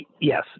Yes